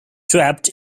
trapped